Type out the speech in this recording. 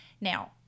Now